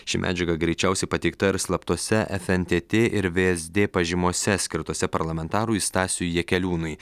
ši medžiaga greičiausiai pateikta ir slaptose fntt ir vsd pažymose skirtose parlamentarui stasiui jakeliūnui